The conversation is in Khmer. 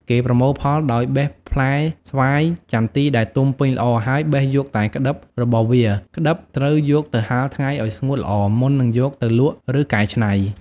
គេប្រមូលផលដោយ បេះផ្លែស្វាយចន្ទីដែលទុំពេញល្អ ហើយ បេះយកតែក្តិបរបស់វា ក្តិបត្រូវយកទៅហាលថ្ងៃឱ្យស្ងួតល្អ មុននឹងយកទៅលក់ឬកែច្នៃ។